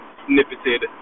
snippeted